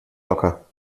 locker